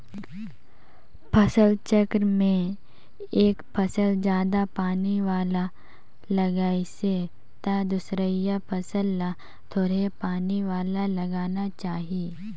फसल चक्र में एक फसल जादा पानी वाला लगाइसे त दूसरइया फसल ल थोरहें पानी वाला लगाना चाही